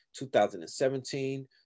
2017